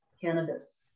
cannabis